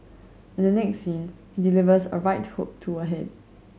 in the next scene he delivers a right hook to her head